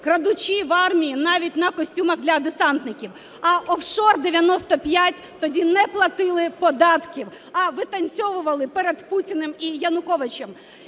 крадучи в армії навіть на костюмах для десантників. А "офшор-95" тоді не платили податків, а витанцьовували перед Путіним і Януковичем.